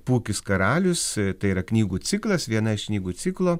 pūkis karalius tai yra knygų ciklas viena iš knygų ciklo